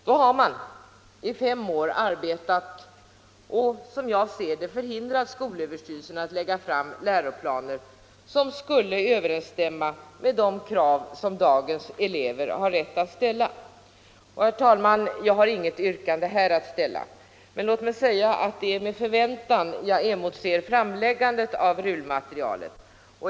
Då har man i fem år arbetat och som jag ser det hindrat skolöverstyrelsen att lägga fram läroplaner som skulle överensstämma med de krav som dagens elever har rätt att ställa. Herr talman! Jag har inget yrkande, men det är med förväntan jag emotser framläggandet av RUL-materialet.